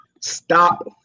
Stop